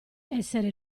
essere